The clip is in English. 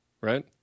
right